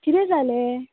कितें जालें